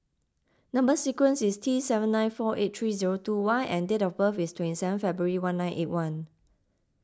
Number Sequence is T seven nine four eight three zero two Y and date of birth is twenty seven February one nine eight one